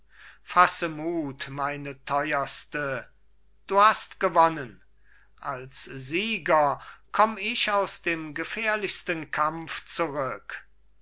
fasse muth meine theuerste du hast gewonnen als sieger komm ich aus dem gefährlichsten kampf zurück